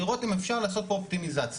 לראות אם אפשר לעשות פה אופטימיזציה.